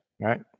Right